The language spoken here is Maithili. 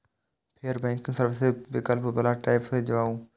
फेर बैंकिंग सर्विसेज विकल्प बला टैब कें दबाउ